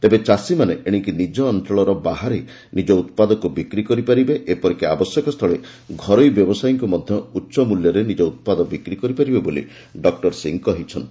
ତେବେ ଚାଷୀମାନେ ଏଶିକି ନିଜ ଅଞ୍ଚଳର ବାହାରେ ନିଜ ଉତ୍ପାଦକୁ ବିକ୍ କରିପାରିବେ ଏପରିକି ଆବଶ୍ୟକ ସ୍ଥଳେ ଘରୋଇ ବ୍ୟବସାୟୀଙ୍କୁ ମଧ୍ୟ ଉଚ୍ଚ ମ୍ବଲ୍ୟରେ ନିଜ ଉତ୍ପାଦ ବିକ୍ କରିପାରିବେ ବୋଲି ଡକୁର ସିଂହ କହିଛନ୍ତି